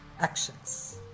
actions